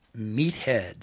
Meathead